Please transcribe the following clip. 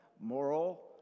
Moral